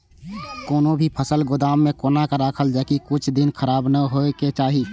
कोनो भी फसल के गोदाम में कोना राखल जाय की कुछ दिन खराब ने होय के चाही?